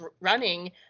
running